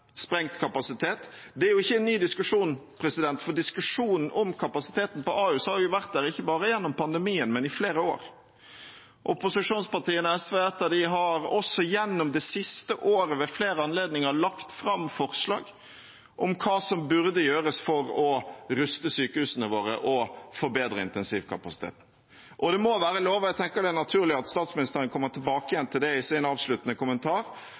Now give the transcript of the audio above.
sprengt kapasitet. Det er ikke en ny diskusjon, for diskusjonen om kapasiteten på Ahus har vært der, ikke bare gjennom pandemien, men i flere år. Opposisjonspartiene og SV har også gjennom det siste året ved flere anledninger lagt fram forslag om hva som burde gjøres for å ruste sykehusene våre og forbedre intensivkapasiteten. Det må være lov – og jeg tenker det er naturlig at statsministeren kommer tilbake igjen til det i sin avsluttende kommentar